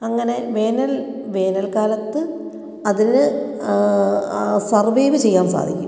അങ്ങനെ വേനൽ വേനൽക്കാലത്ത് അതിന് സർവൈവ് ചെയ്യാൻ സാധിക്കും